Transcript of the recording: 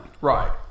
Right